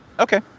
Okay